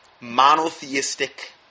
monotheistic